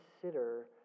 consider